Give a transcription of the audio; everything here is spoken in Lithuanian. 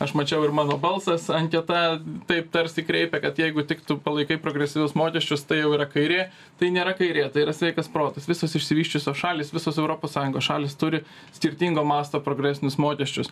aš mačiau ir mano balsas anketa taip tarsi kreipia kad jeigu tik tu palaikai progresyvius mokesčius tai jau yra kairė tai nėra kairė tai yra sveikas protas visos išsivysčiusios šalys visos europos sąjungos šalys turi skirtingo masto progresinius mokesčius